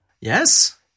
Yes